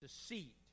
deceit